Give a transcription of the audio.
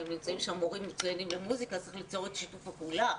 ואם נמצאים שם מורים מצוינים למוסיקה אז צריך ליצור את שיתוף הפעולה.